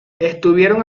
estuvieron